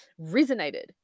Resonated